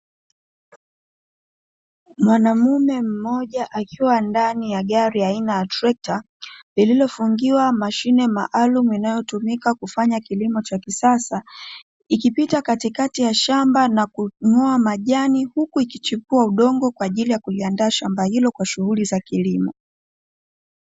Mwanaume mmoja akiwa ndani ya gari aina ya trekta, lililofungiwa mashine maalumu inayotumika kufanya kilimo cha kisasa, ikipita katikati ya shamba na kung'oa majani huku ikichipua udongo kwa ajili ya kuliandaa shamba hilo kwa shughuli za kilimo.